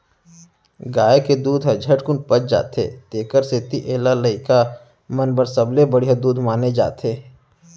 गाय के दूद हर झटकुन पच जाथे तेकर सेती एला लइका मन बर सबले बड़िहा दूद माने जाथे